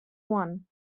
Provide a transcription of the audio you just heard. one